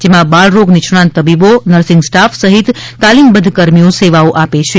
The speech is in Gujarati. જેમાં બાળરોગ નિષ્ણાંત તબીબો નર્સીંગ સ્ટાફ સહિત તાલીમબધ્ધ કર્મીઓ સેવાઓ આપે છે